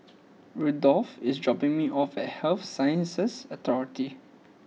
Rudolfo is dropping me off at Health Sciences Authority